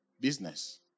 business